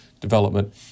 development